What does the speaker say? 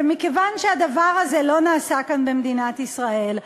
ומכיוון שהדבר הזה לא נעשה כאן במדינת ישראל,